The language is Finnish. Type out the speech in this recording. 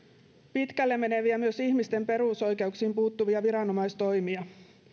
pitkälle meneviä myös ihmisten perusoikeuksiin puuttuvia viranomaistoimia